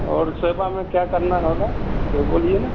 और सेवा में क्या करना होगा जो बोलिएगा